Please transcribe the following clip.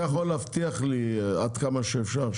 אתה יכול להבטיח לי עד כמה שאפשר,